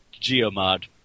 GeoMod